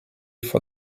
for